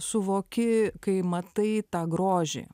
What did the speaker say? suvoki kai matai tą grožį